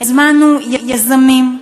הזמנו יזמים,